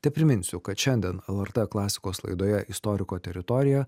tepriminsiu kad šiandien lrt klasikos laidoje istoriko teritorija